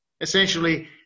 essentially